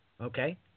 okay